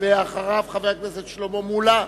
אחריו חבר הכנסת שלמה מולה,